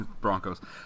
Broncos